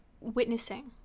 witnessing